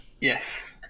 Yes